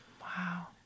Wow